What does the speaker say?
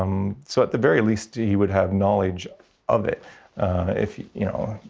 um so at the very least he would have knowledge of it if, you know,